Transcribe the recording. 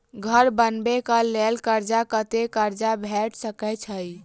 घर बनबे कऽ लेल कर्जा कत्ते कर्जा भेट सकय छई?